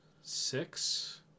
six